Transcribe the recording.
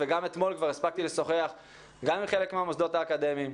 ואתמול גם הספקתי לשוחח עם חלק מהמוסדות האקדמיים,